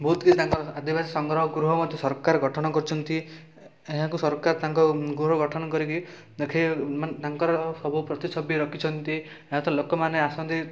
ବହୁତ କିଛି ତାଙ୍କର ଆଦିବାସୀ ସଂଗ୍ରହ ଗୃହ ମଧ୍ୟ ସରକାର ଗଠନ କରିଛନ୍ତି ଏ ଏହାକୁ ସରକାର ତାଙ୍କ ଗୃହ ଗଠନ କରିକି ଦେଖେଇ ମାନେ ତାଙ୍କର ସବୁ ପ୍ରତିଛବି ରଖିଛନ୍ତି ଆଉ ତ ଲୋକମାନେ ଆସନ୍ତି